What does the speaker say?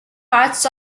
parts